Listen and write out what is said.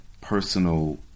personal